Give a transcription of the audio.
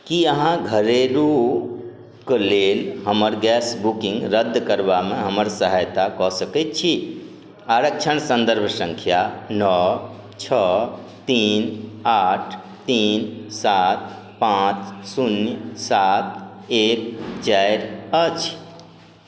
की अहाँ घरेलू कऽ लेल हमर गैस बुकिंग रद्द करबामे हमर सहायता कऽ सकैत छी आरक्षण सन्दर्भ सङ्ख्या नओ छओ तीन आठ तीन सात पाँच शून्य सात एक चारि अछि